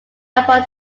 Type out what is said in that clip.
upon